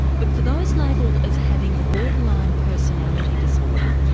but for those labelled as having borderline personality disorder,